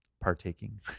partaking